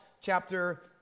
chapter